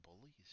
bullies